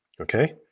okay